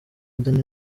danny